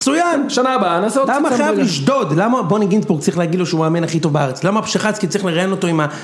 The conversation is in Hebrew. מצויין! שנה הבאה, נעשה עוד קצת... למה חייב לשדוד? למה בוני גינצבורג צריך להגיד לו שהוא המאמן הכי טוב בארץ? למה פשחצקי צריך לראיין אותו עם ה...